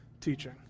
teaching